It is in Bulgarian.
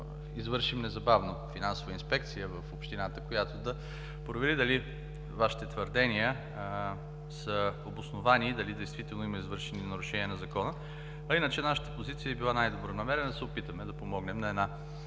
извършим незабавно финансова инспекция в общината, която да провери дали Вашите твърдения са обосновани и дали действително има извършени нарушения на закона. Нашата позиция е била най-добронамерена – да се опитаме да помогнем на една